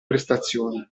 prestazioni